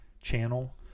channel